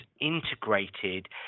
integrated